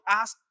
ask